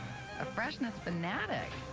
a freshness fanatic!